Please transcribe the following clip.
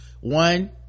one